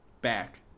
back